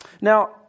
Now